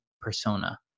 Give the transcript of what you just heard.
persona